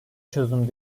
çözüm